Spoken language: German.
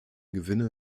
gewinne